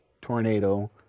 tornado